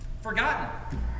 Forgotten